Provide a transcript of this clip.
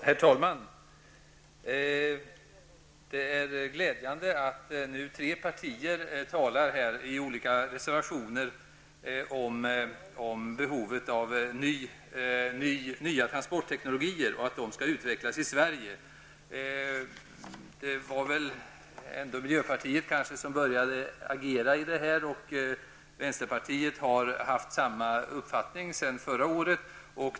Herr talman! Det är glädjande att det nu är tre partier som talar för olika reservationer om behovet av nya transportteknologier och om att dessa skall utvecklas i Sverige. Det var väl miljöpartiet som började agera i den här frågan, och vänsterpartiet har haft samma uppfattning sedan förra året.